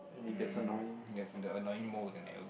mm there's the annoying mold and algae